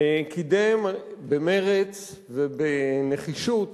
קידם במרץ ובנחישות